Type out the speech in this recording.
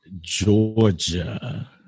georgia